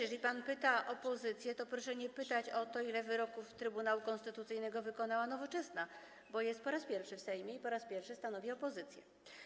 Jeżeli pan zwraca się do opozycji, to proszę nie pytać o to, ile wyroków Trybunału Konstytucyjnego wykonała Nowoczesna, bo jest po raz pierwszy w Sejmie i po raz pierwszy stanowi opozycję.